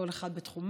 כל אחד בתחומו,